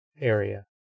area